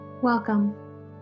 Welcome